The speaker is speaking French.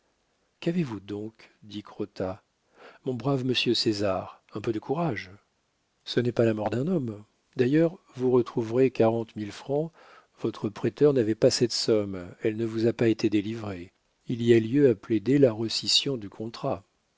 qu'avez-vous donc dit crottat mon brave monsieur césar un peu de courage ce n'est pas la mort d'un homme d'ailleurs vous retrouverez quarante mille francs votre prêteur n'avait pas cette somme elle ne vous a pas été délivrée il y a lieu à plaider la rescision du contrat